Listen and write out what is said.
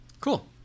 Cool